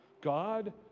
God